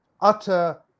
utter